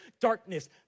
darkness